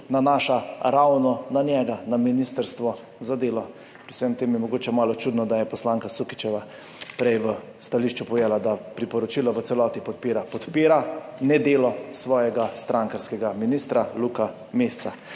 nanaša ravno na njega, na ministrstvo za delo. Pri vsem tem je mogoče malo čudno, da je poslanka Sukičeva prej v stališču povedala, da priporočila v celoti podpira, podpira nedelo svojega strankarskega ministra Luka Mesca.